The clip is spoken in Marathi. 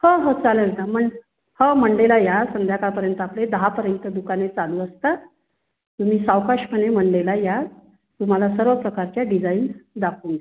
हो हो चालेल ना मग हो मंडेला या संध्याकाळपर्यंत आपले दहापर्यंत दुकाने चालू असतात तुम्ही सावकाशपणे मंडेला या तुम्हाला सर्व प्रकारच्या डिझाईन्स दाखवून देऊ